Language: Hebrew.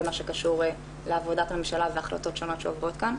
מה שקשור לעבודת הממשלה וההחלטות השונות שעוברות כאן.